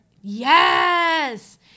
Yes